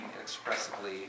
expressively